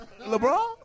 LeBron